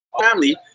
Family